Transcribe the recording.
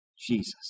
Jesus